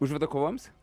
užveda kovoms